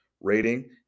rating